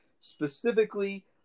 specifically